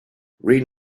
read